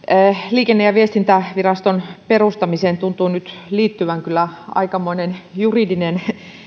liikenne ja viestintäviraston perustamiseen tuntuu nyt liittyvän kyllä aikamoinen juridinen